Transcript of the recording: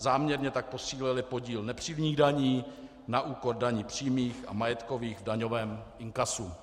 Záměrně tak posílily podíl nepřímých daní na úkor daní přímých a majetkových v daňovém inkasu.